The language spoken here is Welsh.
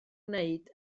wneud